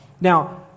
Now